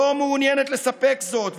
לא מעוניינת לספק זאת,